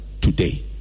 today